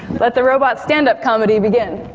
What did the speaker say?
let the robot stand-up comedy begin.